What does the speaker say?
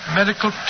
medical